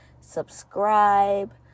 Subscribe